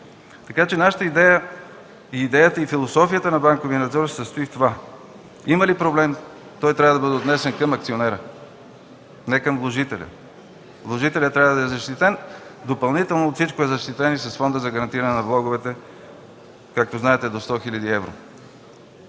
Така че нашата идея, идеята и философията на „Банковия надзор” се състои в това – има ли проблем, той трябва да бъде отнесен към акционера, не към вложителя. Вложителят трябва да е защитен, а допълнително от всичко е защитен и с Фонда за гарантиране на влоговете, както знаете до 100 хил. евро.